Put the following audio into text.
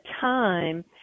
time